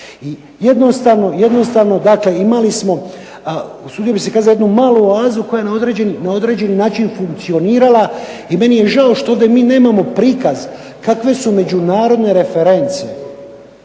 I jednostavno dakle imali smo jednu malu oazu koja je na određeni način funkcionirala i meni je žao što ovdje mi nemamo prikaz kakve su međunarodne reference,